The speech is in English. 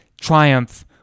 triumph